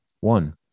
One